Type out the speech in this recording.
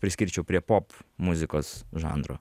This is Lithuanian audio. priskirčiau prie pop muzikos žanro